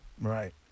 Right